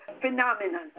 phenomenon